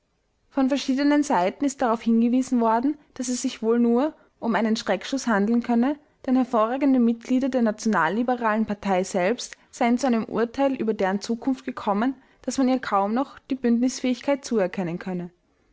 von verschiedenen seiten ist darauf hingewiesen worden daß es sich wohl nur um einen schreckschuß handeln könne denn hervorragende mitglieder der nationalliberalen partei selbst seien zu einem urteil über deren zukunft gekommen daß man ihr kaum noch die bündnisfähigkeit zuerkennen könne